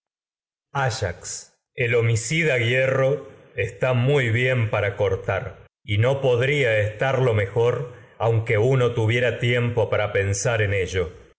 el homicida está bien para cor tar y no podría estarlo mejor aunque uno tuviera tiem en po para pensar más ello